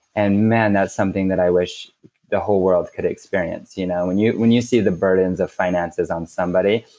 and man, that's something that i wish the whole world could experience, you know? when you when you see the burdens of finances on somebody,